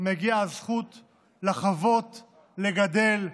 מגיעה הזכות לחוות, לגדל,